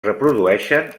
reprodueixen